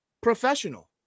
professional